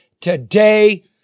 today